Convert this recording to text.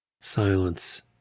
Silence